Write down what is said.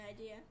idea